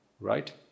right